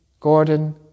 Gordon